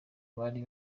bari